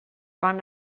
van